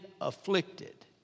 afflicted